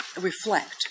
reflect